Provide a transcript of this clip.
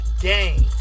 game